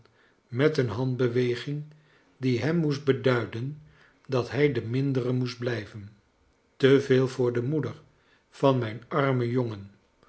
met een handbeweging die hem moest beduiden dat hij de mindere moest blijven te veel voor de moeder van mijn armen jongen